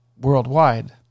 worldwide